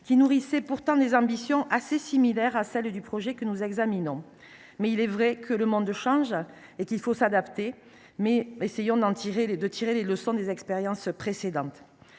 qui nourrissait pourtant des ambitions assez similaires à celle du projet que nous examinons. Il est vrai que le monde change et qu’il faut s’adapter, mais inspirons nous des leçons des expériences précédentes.